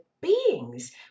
beings